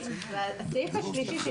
אני